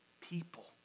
people